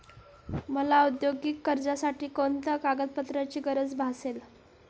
मला औद्योगिक कर्जासाठी कोणत्या कागदपत्रांची गरज भासेल?